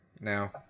Now